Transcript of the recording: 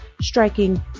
striking